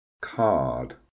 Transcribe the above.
card